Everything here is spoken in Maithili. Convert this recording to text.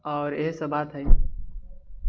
आओर इएहे सभ बात हैय